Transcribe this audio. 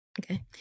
okay